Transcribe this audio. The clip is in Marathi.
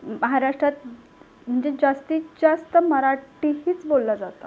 महाराष्ट्रात जे जास्तीत जास्त मराठी हीच बोललं जातं